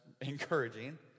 encouraging